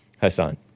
Hassan